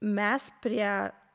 mes prie